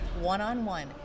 one-on-one